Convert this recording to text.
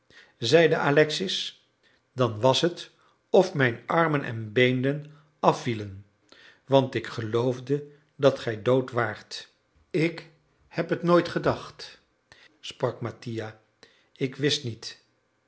zeide alexis dan was het of mijn armen en beenen afvielen want ik geloofde dat gij dood waart ik heb het nooit gedacht sprak mattia ik wist niet